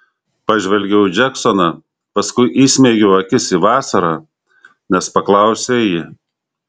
pažvelgiau į džeksoną paskui įsmeigiau akis į vasarą nes paklausė ji